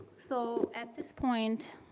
so at this point,